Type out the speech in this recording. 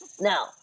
Now